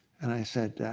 and i said,